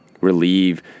relieve